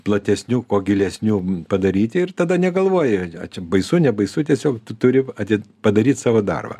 platesniu kuo gilesniu padaryti ir tada negalvoji čia baisu nebaisu tiesiog tu turi ateit padaryt savo darbą